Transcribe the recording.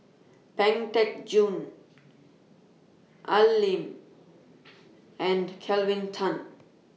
Pang Teck Joon Al Lim and Kelvin Tan